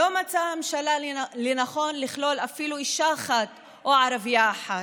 לא מצאה הממשלה לנכון לכלול אפילו אישה אחת או ערבייה אחת.